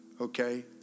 okay